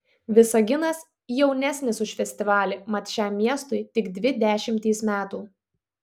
visaginas jaunesnis už festivalį mat šiam miestui tik dvi dešimtys metų